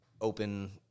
open